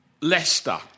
Leicester